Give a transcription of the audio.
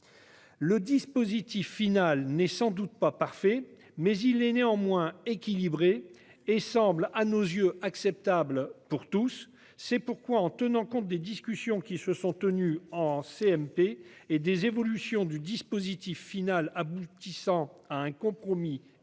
Le dispositif final n'est sans doute pas parfait, mais il est néanmoins équilibré et semble, à nos yeux, acceptable pour tous. C'est pourquoi, en tenant compte des discussions qui ont eu lieu durant la commission mixte paritaire et des évolutions du dispositif final aboutissant à un compromis équilibré,